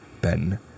Ben